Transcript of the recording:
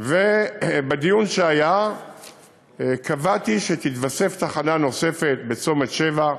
בדיון שהיה קבעתי שתתווסף תחנה בצומת שבע,